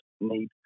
need